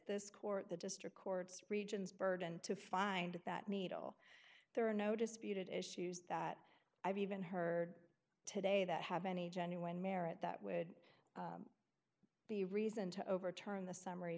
this court the district court's regions burden to find that needle there are no disputed issues that i've even heard today that have any genuine merit that would be reason to overturn the summary